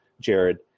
Jared